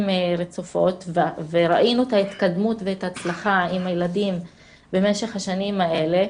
רצופות וראינו את ההתקדמות ואת ההצלחה עם הילדים במשך השנים האלה,